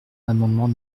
l’amendement